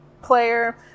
player